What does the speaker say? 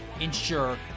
ensure